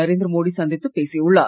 நரேந்திரமோடி சந்தித்து பேசியுள்ளார்